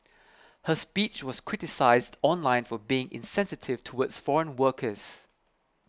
her speech was criticised online for being insensitive towards foreign workers